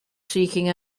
seeking